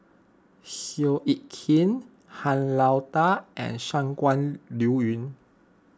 Seow Yit Kin Han Lao Da and Shangguan Liuyun